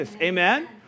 Amen